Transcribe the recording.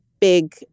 big